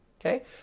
Okay